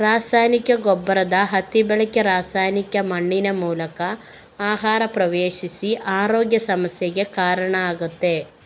ರಾಸಾಯನಿಕ ಗೊಬ್ಬರದ ಅತಿ ಬಳಕೆ ರಾಸಾಯನಿಕ ಮಣ್ಣಿನ ಮೂಲಕ ಆಹಾರ ಪ್ರವೇಶಿಸಿ ಆರೋಗ್ಯ ಸಮಸ್ಯೆಗೆ ಕಾರಣ ಆಗ್ತದೆ